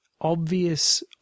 obvious